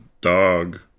dog